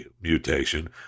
mutation